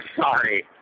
sorry